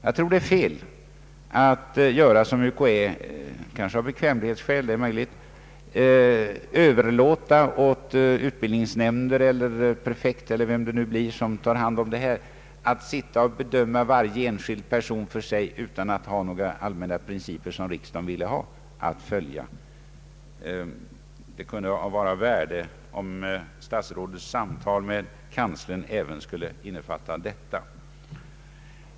Jag tror att det är felaktigt att göra som UKA — kanske av bekvämlighetsskäl — nämligen att överlåta åt utbildningsnämnder, eller vem det nu blir som tar hand om detta, att bedöma varje enskild person för sig utan att följa de allmänna principer som riksdagen ville ha. Det kunde vara av värde, om statsrådets samtal med kanslern även kunde innefatta detta.